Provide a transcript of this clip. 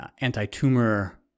anti-tumor